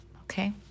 Okay